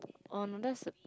oh no that's the